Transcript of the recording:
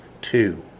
Two